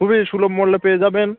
খুবই সুলভ মূল্যে পেয়ে যাবেন